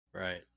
Right